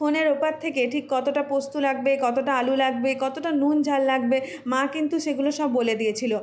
ফোনের ওপার থেকে ঠিক কতোটা পোস্তু লাগবে কতোটা আলু লাগবে কতোটা নুন ঝাল লাগবে মা কিন্তু সেগুলো সব বলে দিয়েছিলো